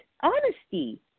honesty